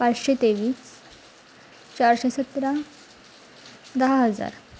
पाचशे तेवीस चारशे सतरा दहा हजार